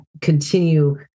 continue